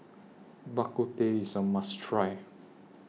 Bak Kut Teh IS A must Try